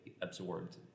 absorbed